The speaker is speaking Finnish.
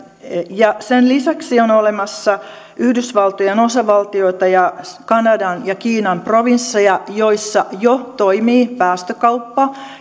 sen lisäksi on olemassa yhdysvaltojen osavaltioita ja kanadan ja kiinan provinsseja joissa jo toimii päästökauppa